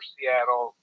Seattle